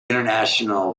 international